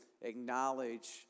acknowledge